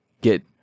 get